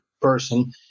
person